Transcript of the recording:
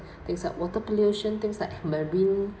things like water pollution things like marine